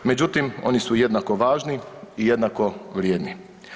Međutim, oni su jednako važni i jednako vrijedni.